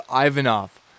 Ivanov